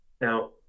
now